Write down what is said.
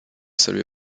salué